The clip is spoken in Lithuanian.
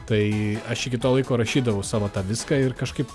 tai aš iki to laiko rašydavau savo tą viską ir kažkaip